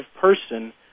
person